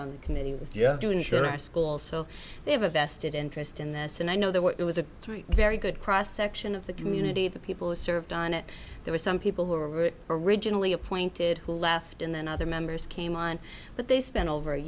on the committee was just doing share our school so they have a vested interest in this and i know there were it was a very very good cross section of the community the people who served on it there were some people who are originally appointed who left and then other members came on but they spent over a